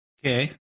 Okay